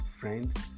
friend